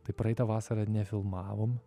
tai praeitą vasarą nefilmavom